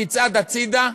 תצעד הצדה?